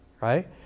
right